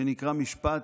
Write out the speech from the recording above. שנקרא "משפט,